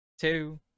two